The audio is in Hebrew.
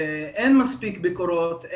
אין מספיק ביקורות,